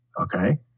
okay